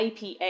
IPA